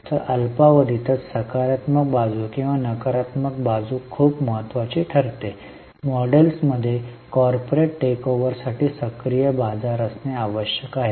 तर अल्पावधीतच सकारात्मक बाजू किंवा नकारात्मक बाजू खूप महत्वाची ठरते मॉडेलमध्ये कॉर्पोरेट टेकओव्हरसाठी सक्रिय बाजार असणे आवश्यक आहे